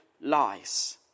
lies